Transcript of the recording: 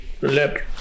let